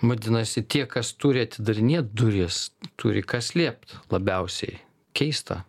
vadinasi tie kas turi atidarinėt duris turi ką slėpt labiausiai keista